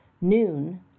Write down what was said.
Noon